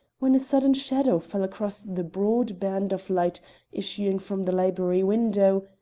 when a sudden shadow fell across the broad band of light issuing from the library window,